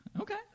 Okay